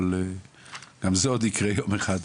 אבל גם זה עוד יקרה יום אחד.